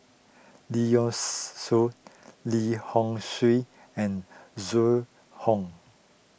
Lee Yocks Suan Lim Hock Siew and Zhu Hong